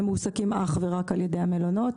הם מועסקים אך ורק על ידי המלונות.